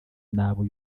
n’abo